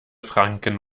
franken